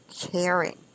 caring